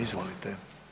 Izvolite.